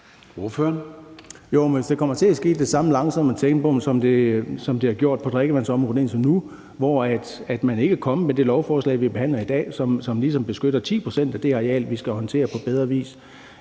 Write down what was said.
hvis det kommer til at ske i det samme langsomme tempo, som det er sket på drikkevandsområdet indtil nu, hvor man ikke er kommet før med det lovforslag, vi behandler i dag, som ligesom beskytter 10 pct. af det areal, vi skal håndtere på bedre vis,